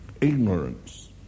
Ignorance